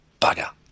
bugger